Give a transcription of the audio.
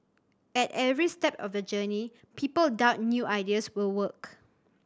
at every step of the journey people doubt new ideas will work